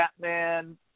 Batman